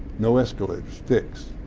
no escalation. fixed.